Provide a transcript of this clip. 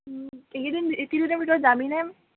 এইকেইদিন এই কেইদিনৰ ভিতৰত যাবিনে